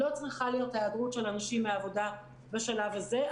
לא צריכה להיות היעדרות של אנשים מהעבודה בשלב הזה.